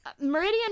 Meridian